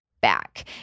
back